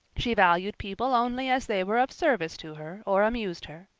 she valued people only as they were of service to her or amused her.